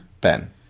Ben